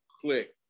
click